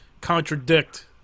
contradict